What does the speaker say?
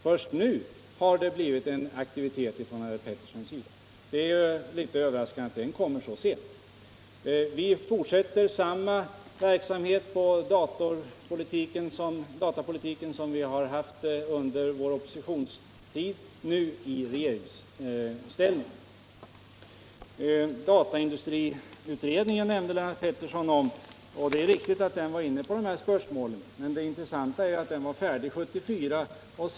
Först nu har han visat någon aktivitet. Det är litet överraskande att den aktiviteten kommer så sent. Vi däremot fortsätter samma verksamhet på datapolitikens område som under vår oppositionstid, men nu i regeringsställning. Dataindustriutredningen nämnde Lennart Pettersson också. Det är riktigt att även den utredningen var inne på de här spörsmålen, men det intressanta är att den var färdig 1974.